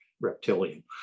reptilian